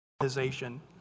organization